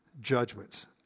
judgments